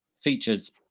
Features